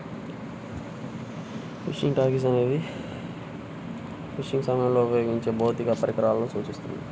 fishing tackle అనేది fishing సమయంలో ఉపయోగించే భౌతిక పరికరాలను సూచిస్తుంది